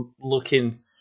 looking